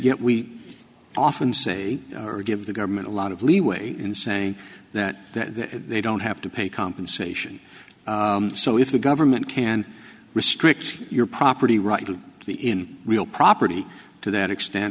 yet we often say give the government a lot of leeway in saying that that they don't have to pay compensation so if the government can restrict your property right we'll be in real property to that extent